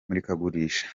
murikagurisha